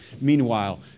Meanwhile